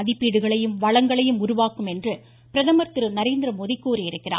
மதிப்பீடுகளையும் வளங்களையும் உருவாக்கும் என்று பிரதமர் திரு நரேந்திரமோடி கூறியிருக்கிறார்